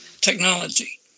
technology